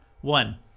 One